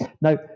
Now